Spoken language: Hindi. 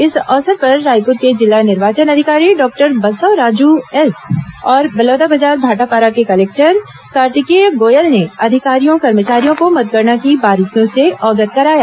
इस अवसर पर रायपुर के जिला निर्वाचन अधिकारी डॉक्टर बसवराजू एस और बलौदाबाजार भाटापारा के कलेक्टर कार्तिकेय गोयल ने अधिकारियों कर्मचारियों को मतगणना की बारीकियों से अवगत कराया